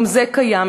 גם זה קיים.